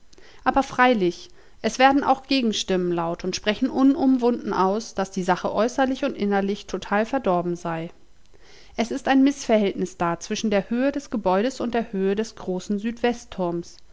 aber freilich es werden auch gegenstimmen laut und sprechen unumwunden aus daß die sache äußerlich und innerlich total verdorben sei es ist ein mißverhältnis da zwischen der höhe des gebäudes und der höhe des großen